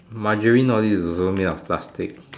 margarine all these is also made up of plastic